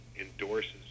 endorses